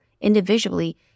individually